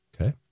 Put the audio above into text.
Okay